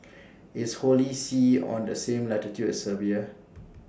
IS Holy See on The same latitude as Serbia